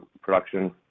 production